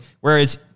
whereas